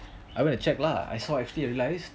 I went to check lah I saw actually realised